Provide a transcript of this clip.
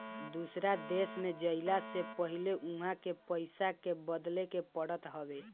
दूसरा देश में जइला से पहिले उहा के पईसा के बदले के पड़त हवे